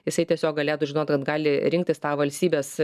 jisai tiesiog galėtų žinot kad gali rinktis tą valstybės